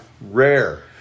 Rare